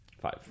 Five